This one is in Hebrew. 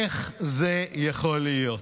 איך זה יכול להיות?